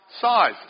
Size